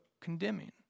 condemning